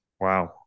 Wow